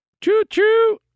Choo-choo